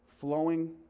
flowing